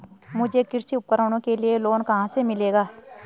मुझे कृषि उपकरणों के लिए लोन कहाँ से मिलेगा?